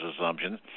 assumptions